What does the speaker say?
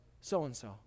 so-and-so